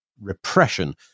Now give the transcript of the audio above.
repression